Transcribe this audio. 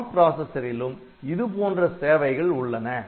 ARM பிராசசரிலும் இதுபோன்ற சேவைகள் உள்ளன